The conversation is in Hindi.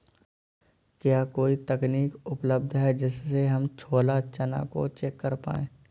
क्या कोई तकनीक उपलब्ध है जिससे हम छोला चना को चेक कर पाए?